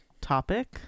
topic